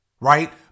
right